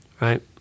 right